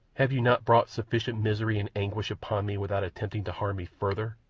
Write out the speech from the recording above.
have you not brought sufficient misery and anguish upon me without attempting to harm me further?